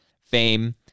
fame